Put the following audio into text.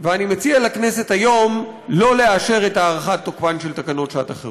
ואני מציע לכנסת היום לא לאשר את הארכת תוקפן של תקנות שעת החירום.